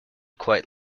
quite